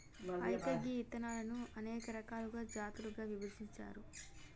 అయితే గీ ఇత్తనాలను అనేక రకాలుగా జాతులుగా విభజించారు